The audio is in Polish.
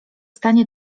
stanie